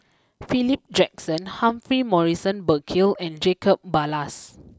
Philip Jackson Humphrey Morrison Burkill and Jacob Ballas